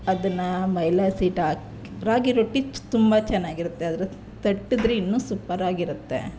ಅದನ್ನು ಮೈದಾ ಹಸಿಟ್ಟು ಹಾಕಿ ರಾಗಿ ರೊಟ್ಟಿ ತುಂಬ ಚೆನ್ನಾಗಿರುತ್ತೆ ಅದರ ತಟ್ಟಿದ್ರೆ ಇನ್ನೂ ಸೂಪರಾಗಿರುತ್ತೆ